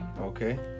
Okay